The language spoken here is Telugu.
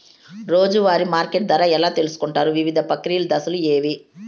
రోజూ వారి మార్కెట్ ధర ఎలా తెలుసుకొంటారు వివిధ ప్రక్రియలు దశలు ఏవి?